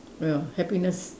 well happiness